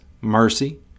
mercy